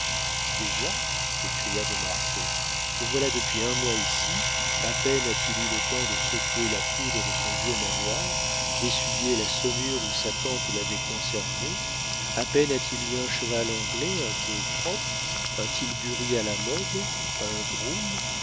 déjà s'écria de marsay le voilà depuis un mois ici à peine a-t-il eu le temps de secouer la poudre de son vieux manoir d'essuyer la saumure où sa tante l'avait conservé à peine a-t-il eu un cheval anglais un peu propre un tilbury à la mode un groom